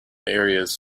areas